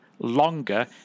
longer